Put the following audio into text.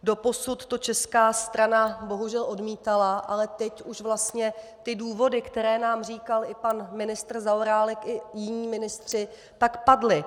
Doposud to česká strana bohužel odmítala, ale teď už vlastně ty důvody, které nám říkal i pan ministr Zaorálek i jiní ministři, padly.